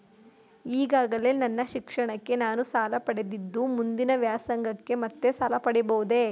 ಈಗಾಗಲೇ ನನ್ನ ಶಿಕ್ಷಣಕ್ಕೆ ನಾನು ಸಾಲ ಪಡೆದಿದ್ದು ಮುಂದಿನ ವ್ಯಾಸಂಗಕ್ಕೆ ಮತ್ತೆ ಸಾಲ ಪಡೆಯಬಹುದೇ?